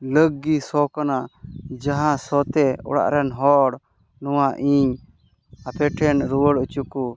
ᱞᱟᱹᱠ ᱜᱮ ᱥᱚ ᱠᱟᱱᱟ ᱡᱟᱦᱟᱸ ᱥᱚ ᱛᱮ ᱚᱲᱟᱜ ᱨᱮᱱ ᱦᱚᱲ ᱱᱚᱣᱟ ᱤᱧ ᱟᱯᱮ ᱴᱷᱮᱱ ᱨᱩᱣᱟᱹᱲ ᱚᱪᱚ ᱠᱚ